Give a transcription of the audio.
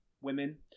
women